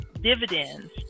dividends